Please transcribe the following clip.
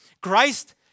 christ